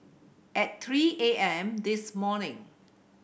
at three A M this morning